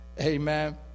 Amen